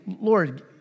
Lord